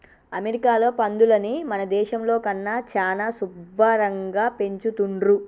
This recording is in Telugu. అమెరికాలో పందులని మన దేశంలో కన్నా చానా శుభ్భరంగా పెంచుతున్రు